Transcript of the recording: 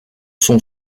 sont